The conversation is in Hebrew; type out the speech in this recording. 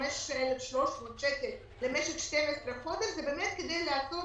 5,300 שקל למשך 12 חודשים כדי לעשות